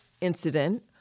incident